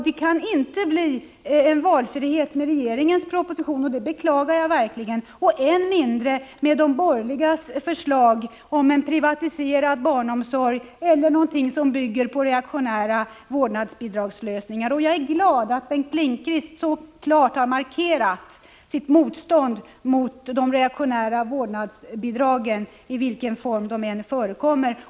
Det kan inte bli en valfrihet med regeringens proposition — och det beklagar jag verkligen — än mindre med de borgerligas förslag om en privatiserad barnomsorg eller någonting som bygger på reaktionära vårdnadsbidragslösningar. Jag är glad att Bengt Lindqvist så klart har markerat sitt motstånd mot de reaktionära vårdnadsbidragen i vilken form de än förekommer.